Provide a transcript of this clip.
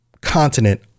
continent